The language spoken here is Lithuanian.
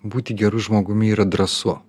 būti geru žmogumi yra drąsu